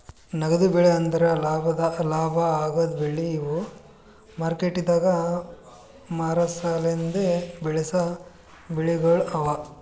ನಗದು ಬೆಳಿ ಅಂದುರ್ ಲಾಭ ಆಗದ್ ಬೆಳಿ ಇವು ಮಾರ್ಕೆಟದಾಗ್ ಮಾರ ಸಲೆಂದ್ ಬೆಳಸಾ ಬೆಳಿಗೊಳ್ ಅವಾ